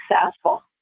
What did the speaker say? successful